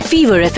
Fever